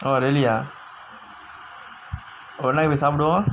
oh really ah ஒரு நாளைக்கு போய் சாப்புடுவோ:oru naalaiku poi saapuduvo